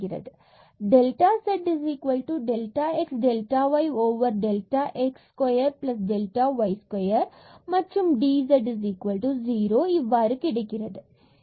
பின்பு delta z delta x delta y delta x square delta y square மற்றும் d z 0 இவ்வாறு கிடைக்கிறது